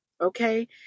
Okay